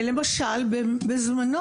למשל: בזמנו,